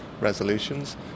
resolutions